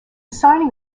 signing